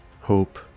Hope